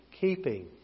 keeping